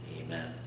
Amen